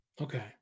Okay